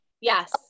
yes